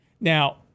Now